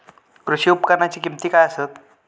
कृषी उपकरणाची किमती काय आसत?